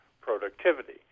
productivity